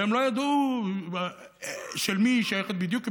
והם לא ידעו למי היא שייכת בדיוק,